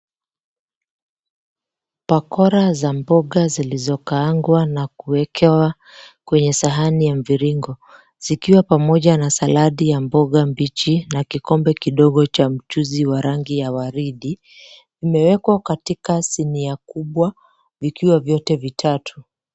Bakora za mboga zilizokaangwa na kuwekewa kwenye sahani ya mviringo , zikiwa pamoja na saladi ya mboga mbichi na kikombe kidogo cha mchuuzi wa rangi ya waridi, imewekwa katika sinia kubwa vikiwa vyote vitatu.